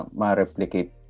ma-replicate